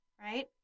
right